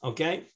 Okay